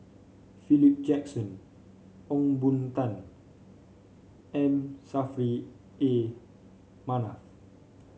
Philip Jackson Ong Boon Tat M Saffri A Manaf